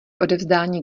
odevzdání